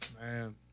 man